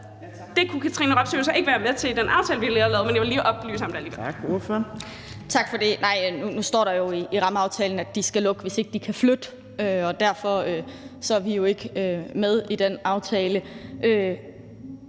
Det kunne Katrine Robsøe jo så ikke være med til i den aftale, vi lige har lavet,